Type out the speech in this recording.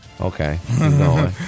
Okay